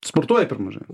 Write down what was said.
sportuoji per mažai